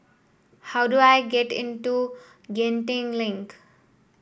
how do I get into Genting Link